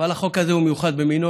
אבל החוק הזה הוא מיוחד במינו,